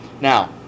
Now